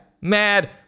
mad